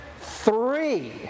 three